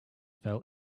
fell